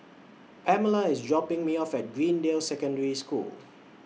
Pamella IS dropping Me off At Greendale Secondary School